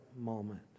moment